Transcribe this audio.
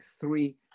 three